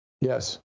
Yes